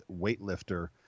weightlifter